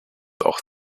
auch